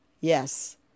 Yes